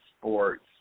sports